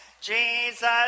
Jesus